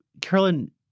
carolyn